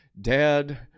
Dad